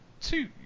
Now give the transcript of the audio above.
two